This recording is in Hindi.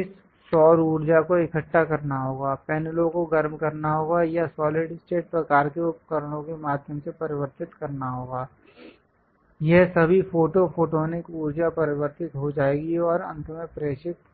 इस सौर ऊर्जा को इकट्ठा करना होगा पैनलों को गर्म करना होगा या सॉलिड स्टेट प्रकार के उपकरणों के माध्यम से परिवर्तित करना होगा यह सभी फोटो फोटोनिक ऊर्जा परिवर्तित हो जाएगी और अंत में प्रेषित होगी